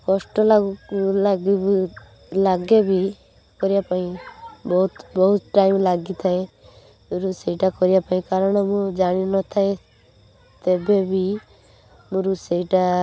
କଷ୍ଟ ଲାଗୁ ଲାଗେବି କରିବା ପାଇଁ ବହୁତ ବହୁତ ଟାଇମ୍ ଲାଗିଥାଏ ରୋଷେଇଟା କରିବା ପାଇଁ କାରଣ ମୁଁ ଜାଣିନଥାଏ ତେବେବି ମୁଁ ରୋଷେଇଟା